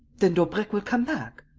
then daubrecq will come back.